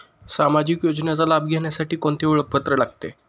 सामाजिक योजनेचा लाभ घेण्यासाठी कोणते ओळखपत्र लागते?